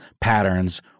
patterns